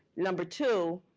number two,